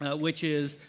which is